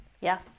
Yes